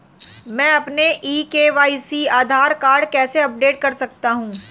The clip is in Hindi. मैं अपना ई के.वाई.सी आधार कार्ड कैसे अपडेट कर सकता हूँ?